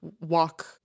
walk